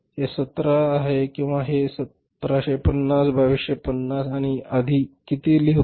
हे 17 आहे किंवा हे 1750 2250 आहे आणि आधी किती होतं